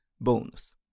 bonus